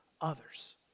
others